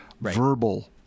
verbal